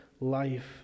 life